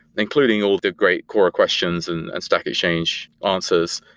including all the great core questions and and stack exchange answers,